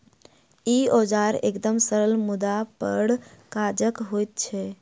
ई औजार एकदम सरल मुदा बड़ काजक होइत छै